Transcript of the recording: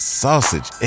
sausage